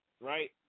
Right